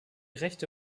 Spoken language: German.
rechte